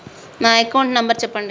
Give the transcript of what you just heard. నా account number చెప్పండి?